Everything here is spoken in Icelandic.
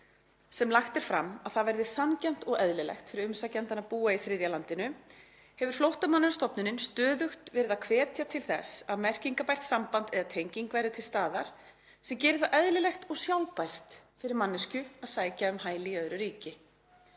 sem lagt er fram að það verði „sanngjarnt og eðlilegt“ fyrir umsækjandann að búa í þriðja landinu, hefur Flóttamannastofnunin stöðugt verið að hvetja til þess að merkingarbært samband eða tenging verði til staðar sem geri það eðlilegt og sjálfbært fyrir manneskju að sækja um hæli í öðru ríki.